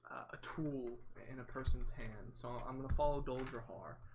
a tool and a person's hand so i'm gonna follow duldrahar